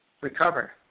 recover